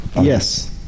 Yes